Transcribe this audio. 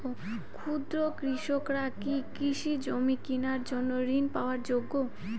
ক্ষুদ্র কৃষকরা কি কৃষিজমি কিনার জন্য ঋণ পাওয়ার যোগ্য?